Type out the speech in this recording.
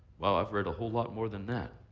well, i've read a whole lot more than that.